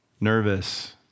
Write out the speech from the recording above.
Nervous